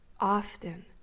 often